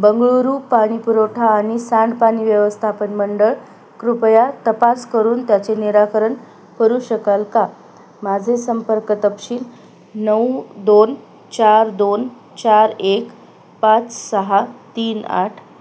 बंगळुरू पाणी पुरवठा आणि सांडपाणी व्यवस्थापन मंडळ कृपया तपास करून त्याचे निराकरण करू शकाल का माझे संपर्क तपशील नऊ दोन चार दोन चार एक पाच सहा तीन आठ